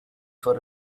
for